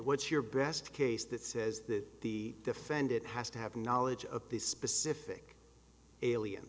what's your breast case that says that the defendant has to have knowledge of this